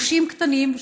פושעים קטנים,